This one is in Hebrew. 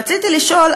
רציתי לשאול,